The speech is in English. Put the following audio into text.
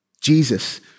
Jesus